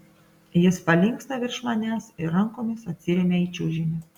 jis palinksta virš manęs ir rankomis atsiremia į čiužinį